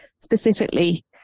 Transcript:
specifically